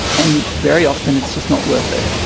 and very often it's just not worth it.